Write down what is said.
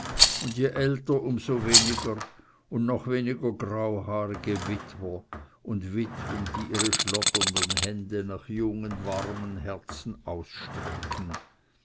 und je älter um so weniger noch weniger grauhaarige witwer und witwen die ihre schlotternden hände nach jungen warmen herzen ausstrecken